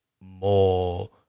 more